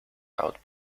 out